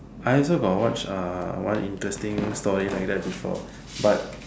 I also got watch ah one interesting story like that before but